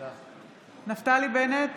נפתלי בנט,